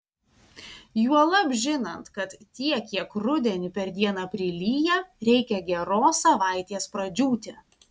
juolab žinant kad tiek kiek rudenį per dieną prilyja reikia geros savaitės pradžiūti